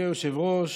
מכובדי היושב-ראש,